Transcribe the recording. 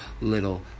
little